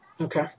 Okay